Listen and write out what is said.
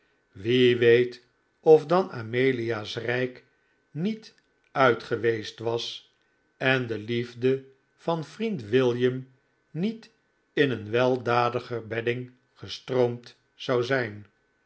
wie weet of dan amelia's rijk niet uit geweest was en de liefde van vriend william niet in een weldadiger bedding gestroomd zou zijn